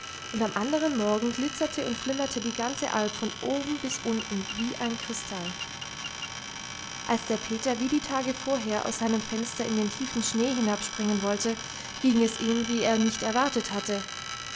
und am anderen morgen glitzerte und flimmerte die ganze alp von oben bis unten wie ein kristall als der peter wie die tage vorher aus seinem fenster in den tiefen schnee hinabspringen wollte ging es ihm wie er nicht erwartet hatte